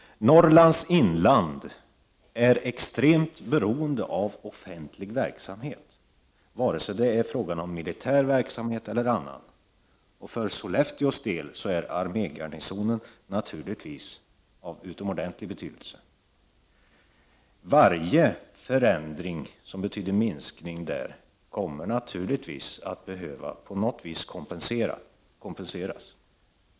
Norrlands inland är extremt beroende av offentlig verksamhet, vare sig det är fråga om militär verksamhet eller annan verksamhet. För Sollefteås del är armégarnisonen av utomordentligt stor betydelse. Varje förändring som betyder en minskning där kommer naturligtvis att behöva kompenseras på något sätt.